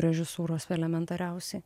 režisūros elementariausiai